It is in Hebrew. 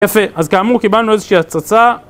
יפה, אז כאמור קיבלנו איזושהי הצצה...